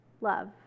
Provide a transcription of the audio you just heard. love